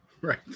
Right